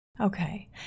Okay